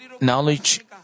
knowledge